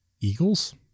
Eagles